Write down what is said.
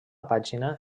pàgina